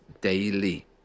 daily